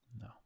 No